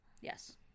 yes